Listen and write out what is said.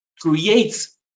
creates